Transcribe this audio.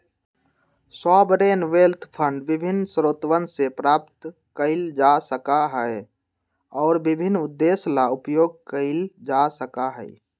sovereign wealth fund विभिन्न स्रोतवन से प्राप्त कइल जा सका हई और विभिन्न उद्देश्य ला उपयोग कइल जा सका हई